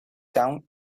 town